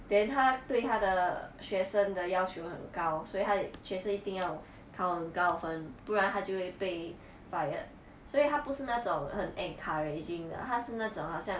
then 他对他的学生的要求很高所以他也学生一定要考很高分不然他就会被 fired 所以他不是那种很 encouraging 的他是那种好像